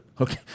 Okay